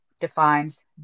defines